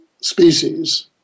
species